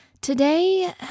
Today